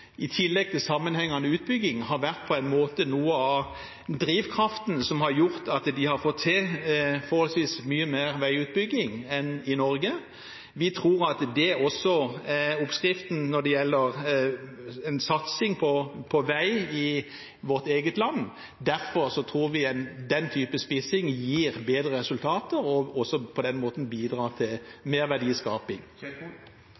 i tillegg til sammenhengende utbygging, har vært noe av drivkraften som har gjort at de har fått til forholdsvis mye mer veiutbygging enn i Norge. Vi tror at det er oppskriften også når det gjelder en satsing på vei i vårt eget land. Derfor tror vi den type spissing gir bedre resultater og på den måten også bidrar til